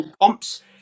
pumps